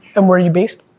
and, where are you based?